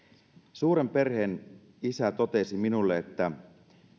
suuren perheen isä totesi minulle että